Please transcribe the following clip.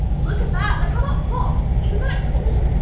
look at that! look how that pops! isn't that cool?